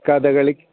Kathakali